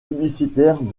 publicitaires